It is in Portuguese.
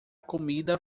comida